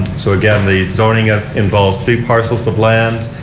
so again the zoning ah involves three parcels of land.